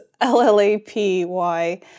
L-L-A-P-Y